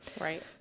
Right